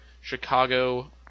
Chicago